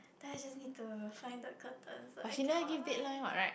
then I just need to find the curtains but I cannot find